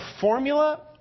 formula